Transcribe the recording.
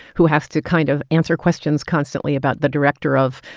who has to kind of answer questions constantly about the director of.